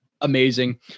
Amazing